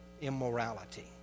immorality